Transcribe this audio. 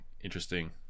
interesting